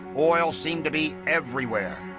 oil seemed to be everywhere.